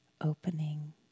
opening